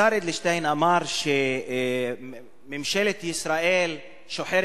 השר אדלשטיין אמר שממשלת ישראל שוחרת